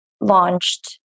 launched